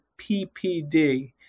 PPD